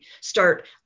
start